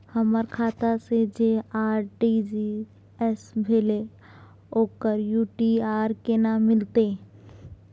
हमर खाता से जे आर.टी.जी एस भेलै ओकर यू.टी.आर केना मिलतै?